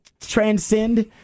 Transcend